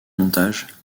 montage